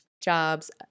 jobs